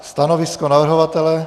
Stanovisko navrhovatele?